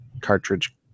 Cartridge